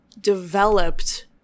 developed